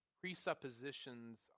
presuppositions